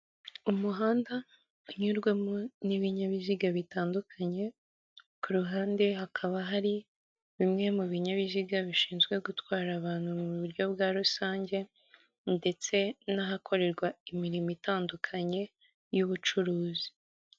Umuhanda unyurwamo n'ibinyabiziga bitandukanye, ku ruhande hakaba hari bimwe mu binyabiziga bishinzwe gutwara abantu mu buryo bwa rusange ndetse n'ahakorerwa imirimo itandukanye y'ubucuruzi.